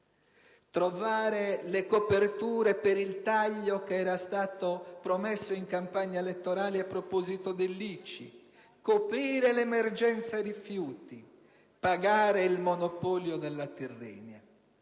trovare le coperture per il taglio che era stato promesso in campagna elettorale a proposito dell'ICI; coprire l'emergenza rifiuti; pagare il monopolio della Tirrenia.